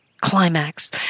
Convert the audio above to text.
climax